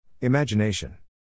Imagination